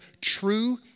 true